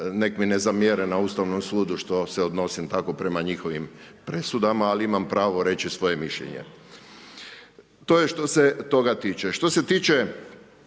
nek mi ne zamjere na Ustavnom sudu što se odnosim tako prema njihovim presudama, imam pravo reći svoje mišljenje. To je što se toga tiče, što se tiče